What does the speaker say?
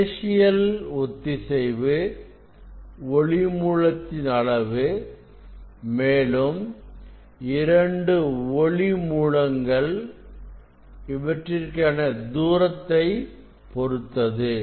spatial ஒத்திசைவு ஒளி மூலத்தின் அளவு மேலும் இரண்டு ஒளி மூலங்கள் காண தூரத்தை பொருத்தது